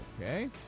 Okay